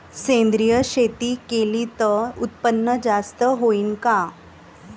सेंद्रिय शेती केली त उत्पन्न जास्त होईन का?